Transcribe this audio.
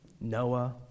Noah